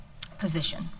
position